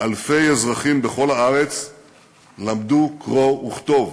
אלפי אזרחים בכל הארץ למדו קרוא וכתוב.